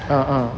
ah ah